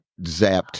zapped